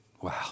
wow